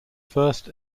first